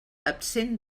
absent